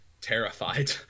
terrified